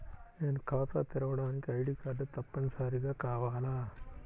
నేను ఖాతా తెరవడానికి ఐ.డీ కార్డు తప్పనిసారిగా కావాలా?